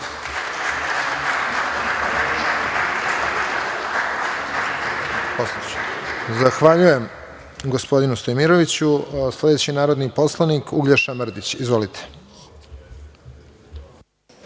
Zahvaljujem gospodinu Stojmiroviću. Sledeći narodni poslanik Uglješa Mrdić. Izvolite.